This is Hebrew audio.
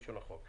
--- של החוק.